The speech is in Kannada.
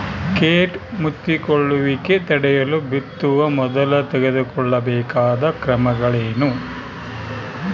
ಕೇಟ ಮುತ್ತಿಕೊಳ್ಳುವಿಕೆ ತಡೆಯಲು ಬಿತ್ತುವ ಮೊದಲು ತೆಗೆದುಕೊಳ್ಳಬೇಕಾದ ಕ್ರಮಗಳೇನು?